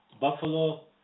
Buffalo